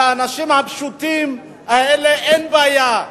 על האנשים הפשוטים האלה אין בעיה.